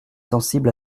sensible